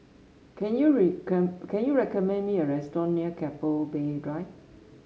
can you can you recommend me a restaurant near Keppel Bay Drive